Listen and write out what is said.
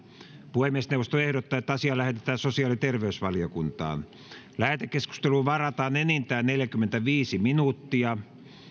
puhemiesneuvosto ehdottaa että asia lähetetään sosiaali ja terveysvaliokuntaan lähetekeskusteluun varataan enintään neljäkymmentäviisi minuuttia